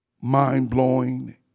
mind-blowing